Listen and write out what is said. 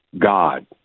God